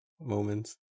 moments